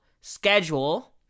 schedule